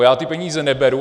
Já ty peníze neberu.